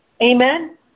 Amen